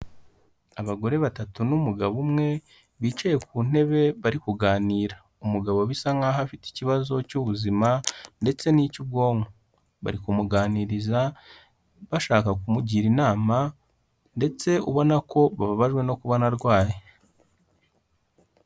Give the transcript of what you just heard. Abagore batatu n'umugabo umwe bicaye ku ntebe bari kuganira, umugabo bisa nkaho afite ikibazo cy'ubuzima ndetse n'icy'ubwonko bari kumuganiriza bashaka kumugira inama ndetse ubona ko bababajwe no kubona arwaye.